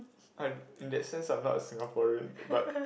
I in the sense of us Singaporean but